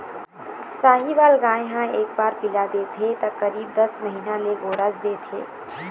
साहीवाल गाय ह एक बार पिला देथे त करीब दस महीना ले गोरस देथे